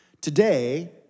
Today